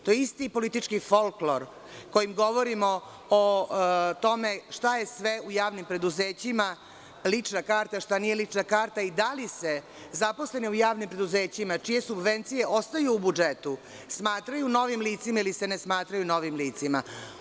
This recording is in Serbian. To je isti politički folklor kojim govorimo o tome šta je sve u javnim preduzećima lična karta, šta nije lična karta i da li se zaposleni u javnim preduzećima, čije subvencije ostaju u budžetu, smatraju novim licima ili se ne smatraju novim licima.